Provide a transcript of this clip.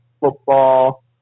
football